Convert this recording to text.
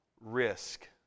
risk